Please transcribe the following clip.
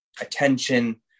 attention